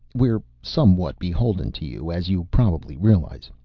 we're somewhat beholden to you, as you probably realize.